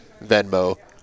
Venmo